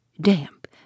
damp